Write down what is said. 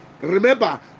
Remember